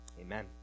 Amen